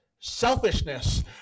selfishness